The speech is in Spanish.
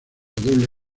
doble